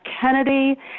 Kennedy